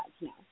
now